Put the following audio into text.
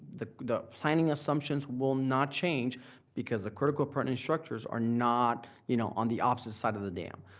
the the planning assumptions will not change because the critical appurtenance structures are not you know on the opposite side of the dam.